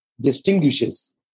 distinguishes